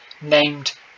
named